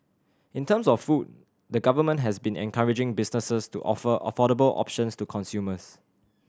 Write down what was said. in terms of food the Government has been encouraging businesses to offer affordable options to consumers